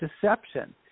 deception